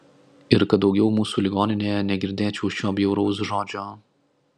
ir kad daugiau mūsų ligoninėje negirdėčiau šio bjauraus žodžio